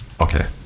Okay